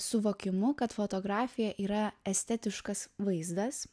suvokimu kad fotografija yra estetiškas vaizdas